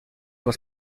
was